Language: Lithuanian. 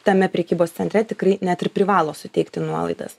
tame prekybos centre tikrai net ir privalo suteikti nuolaidas